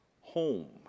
home